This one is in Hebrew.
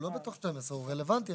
הוא לא בתוך 12. הוא רלוונטי,